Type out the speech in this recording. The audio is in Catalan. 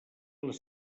les